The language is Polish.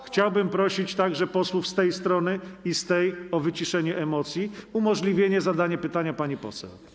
Chciałbym prosić także posłów z tej strony i z tej o wyciszenie emocji, umożliwienie zadania pytania pani poseł.